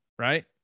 Right